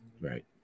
Right